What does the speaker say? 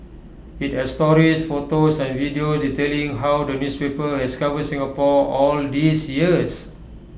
IT has stories photos and videos detailing how the newspaper has covered Singapore all these years